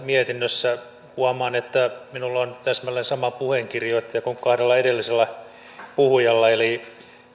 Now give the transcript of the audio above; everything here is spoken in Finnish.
mietinnössä huomaan että minulla on täsmälleen sama puheenkirjoittaja kuin kahdella edellisellä puhujalla eli